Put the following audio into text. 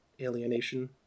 alienation